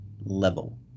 level